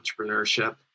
entrepreneurship